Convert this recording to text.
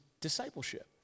discipleship